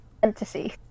fantasy